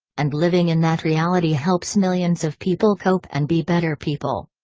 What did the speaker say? and living in that reality helps millions of people cope and be better people.